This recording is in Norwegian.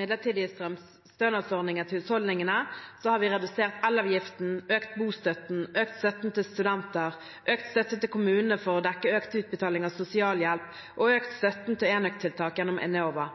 midlertidige strømstønadsordningen til husholdningene har vi redusert elavgiften, økt bostøtten, økt støtten til studenter, økt støtte til kommunene for å dekke økt utbetaling av sosialhjelp og økt støtten til enøktiltak gjennom Enova.